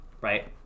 right